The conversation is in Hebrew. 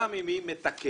גם אם היא מתקנת,